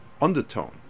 undertone